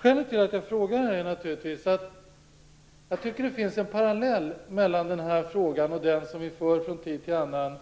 Skälet till att jag frågar är naturligtvis att jag tycker att det finns en parallell mellan den här frågan och den som vi för från tid till annan